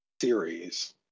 series